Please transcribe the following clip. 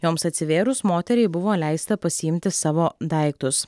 joms atsivėrus moteriai buvo leista pasiimti savo daiktus